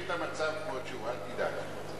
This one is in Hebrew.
אנחנו נשאיר את המצב כמות שהוא, אל תדאג.